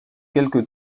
quelque